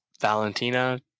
Valentina